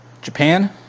Japan